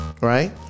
Right